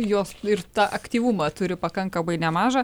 jos ir tą aktyvumą turi pakankamai nemažą